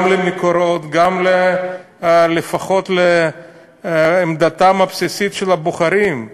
למקורות ולפחות לעמדתם הבסיסית של הבוחרים,